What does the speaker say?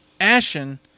Ashen